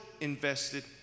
invested